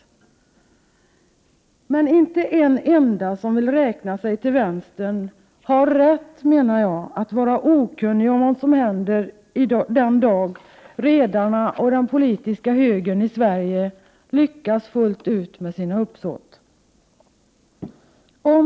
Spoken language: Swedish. Men inte en enda som vill räkna sig till vänstern har rätt, menar jag, att vara okunnig om vad som händer den dag redarna och den politiska högern i Sverige lyckas fullt ut i sina uppsåt.